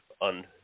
on